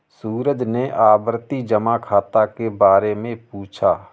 सूरज ने आवर्ती जमा खाता के बारे में पूछा